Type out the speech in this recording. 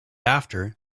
after